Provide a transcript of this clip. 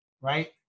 right